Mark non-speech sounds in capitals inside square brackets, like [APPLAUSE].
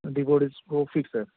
[UNINTELLIGIBLE] وہ فکس ہے